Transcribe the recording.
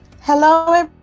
Hello